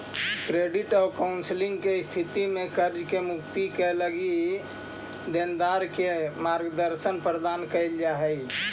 credit counselling के स्थिति में कर्ज से मुक्ति क लगी देनदार के मार्गदर्शन प्रदान कईल जा हई